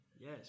Yes